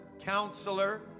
counselor